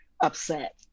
upset